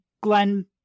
Glenn